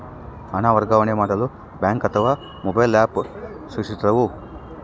ಹಣ ವರ್ಗಾವಣೆ ಮಾಡಲು ಬ್ಯಾಂಕ್ ಅಥವಾ ಮೋಬೈಲ್ ಆ್ಯಪ್ ಸುರಕ್ಷಿತವೋ?